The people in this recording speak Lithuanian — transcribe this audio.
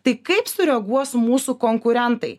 tai kaip sureaguos mūsų konkurentai